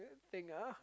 thing ah